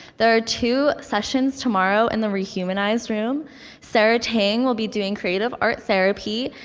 there are two sessions tomorrow in the rehumanize room sara tang will be doing creative art therapy,